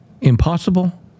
impossible